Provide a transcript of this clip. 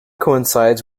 coincides